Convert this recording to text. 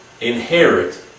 inherit